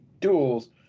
duels